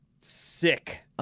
sick